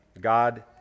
God